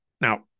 Now